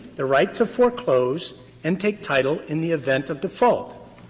the right to foreclose and take title in the event of default.